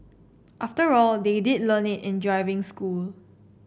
after all they did learn it in driving school